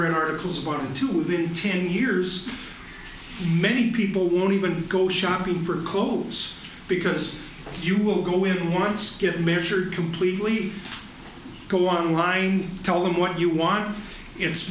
read articles one to within ten years many people won't even go shopping for clothes because you will go in once measured completely go online tell them what you want it's